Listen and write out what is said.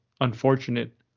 unfortunate